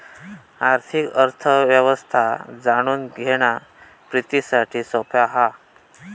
आर्थिक अर्थ व्यवस्था जाणून घेणा प्रितीसाठी सोप्या हा